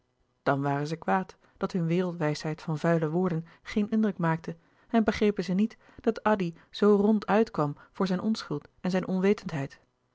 dan waren zij kwaad dat hunne wereldwijsheid van vuile woorden geen indruk maakte en begrepen zij niet dat addy zoo rond uit kwam voor zijn onschuld en zijn onwetendheid